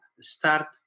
start